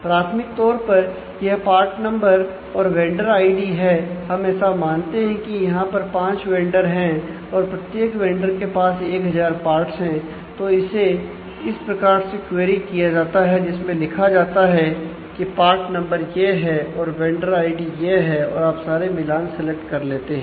प्राथमिक तौर पर यह पार्ट नंबर करके लेते हैं